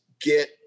get